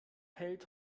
hält